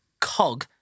cog